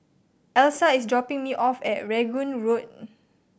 Elsa is dropping me off at Rangoon Road